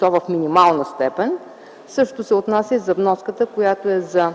в минимална степен от такса „Депониране”. Същото се отнася и за вноската, която е за